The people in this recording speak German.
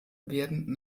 werden